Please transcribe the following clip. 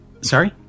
sorry